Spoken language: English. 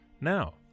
Now